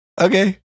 Okay